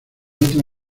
otra